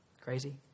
crazy